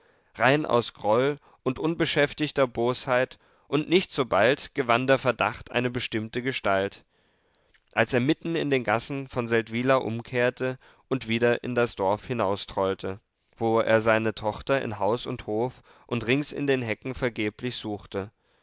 rein aus groll und unbeschäftigter bosheit und nicht so bald gewann der verdacht eine bestimmte gestalt als er mitten in den gassen von seldwyla umkehrte und wieder in das dorf hinaustrollte wo er seine tochter in haus und hof und rings in den hecken vergeblich suchte